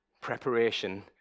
preparation